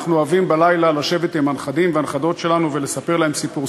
אנחנו אוהבים בלילה לשבת עם הנכדים והנכדות שלנו ולספר להם סיפור.